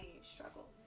struggle